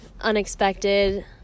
Unexpected